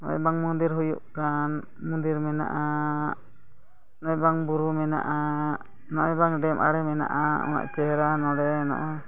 ᱱᱚᱜᱼᱚᱭ ᱵᱟᱝ ᱢᱚᱱᱫᱤᱨ ᱦᱩᱭᱩᱜ ᱠᱟᱱ ᱢᱚᱱᱫᱤᱨ ᱢᱮᱱᱟᱜᱼᱟ ᱱᱚᱜᱼᱚᱭ ᱵᱟᱝ ᱵᱩᱨᱩ ᱢᱮᱱᱟᱜᱼᱟ ᱱᱚᱜᱼᱚᱭ ᱵᱟᱝ ᱰᱮᱢ ᱟᱲᱮ ᱢᱮᱱᱟᱜᱼᱟ ᱩᱱᱟᱹᱜ ᱪᱮᱦᱨᱟ ᱱᱚᱸᱰᱮ ᱱᱚᱜᱼᱚᱭ